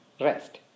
rest